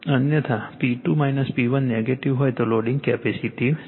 અન્યથા જો P2 P1 negative હોય તો લોડિંગ કેપેસિટીવ છે